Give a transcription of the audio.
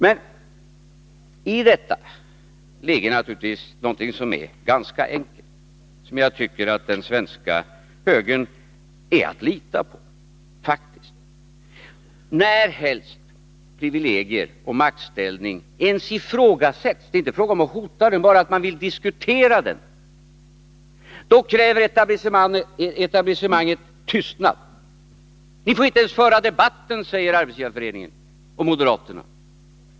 Meni det resonemang man för ligger någonting som är ganska enkelt — och här tycker jag att den svenska högern faktiskt är att lita på: När helst privilegier och maktställning ens ifrågasätts — det är alltså inte fråga om att hota detta, utan det gäller bara att man vill diskutera det — då kräver etablissemanget tystnad. Ni får inte ens föra den debatten, säger Arbetsgivareföreningen och moderaterna.